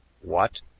What